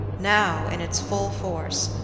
now, in its full force,